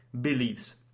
beliefs